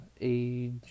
age